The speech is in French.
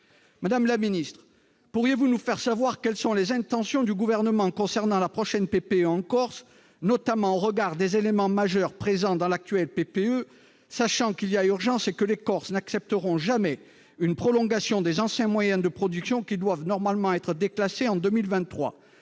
Madame la ministre, pourriez-vous nous faire connaître les intentions du Gouvernement concernant la prochaine PPE en Corse, notamment au regard des éléments majeurs présents dans l'actuelle programmation ? Vous devez savoir qu'il y a urgence et que les Corses n'accepteront jamais une prolongation des anciens moyens de production qui doivent normalement être déclassés en 2023,